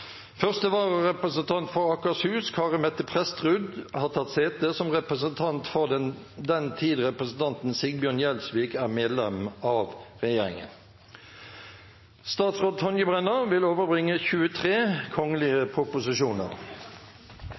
Første vararepresentant for Akershus, Kari Mette Prestrud , har tatt sete som representant for den tid representanten Sigbjørn Gjelsvik er medlem av